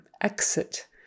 Exit